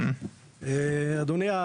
אדוני,